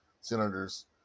senators